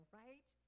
right